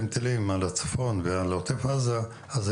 טילים על הצפון ועל עוטף עזה אני כתושב ישוב בקו העימות